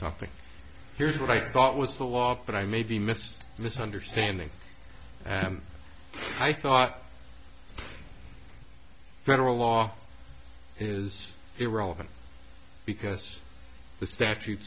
something here's what i thought was the law but i may be mis misunderstanding i thought federal law is irrelevant because the statute